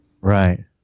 right